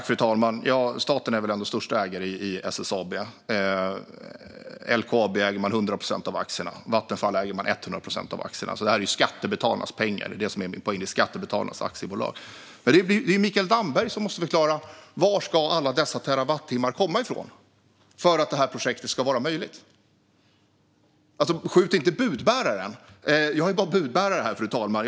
Fru talman! Staten är väl ändå den största ägaren i SSAB? I LKAB äger man 100 procent av aktierna, och i Vattenfall äger man också 100 procent av aktierna. Det här är skattebetalarnas pengar, och det var min poäng. Det är skattebetalarnas aktiebolag. Det är Mikael Damberg som måste förklara varifrån alla dessa terawattimmar ska komma för att projektet ska vara möjligt. Skjut inte budbäraren! Jag är bara budbärare här, fru talman.